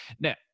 now